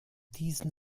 diesen